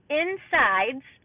insides